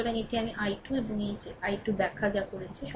সুতরাং এটি আমিi 2 এবং এটি আমি i2 যা কিছু ব্যাখ্যা করেছে